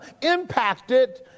impacted